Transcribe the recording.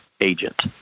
agent